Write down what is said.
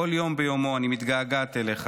כל יום ביומו אני מתגעגעת אליך.